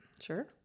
Sure